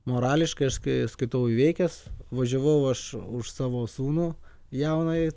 morališkai aš kai skaitau įveikęs važiavau aš už savo sūnų jaunąjį